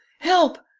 help.